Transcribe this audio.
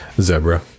Zebra